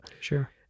Sure